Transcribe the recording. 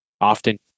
Often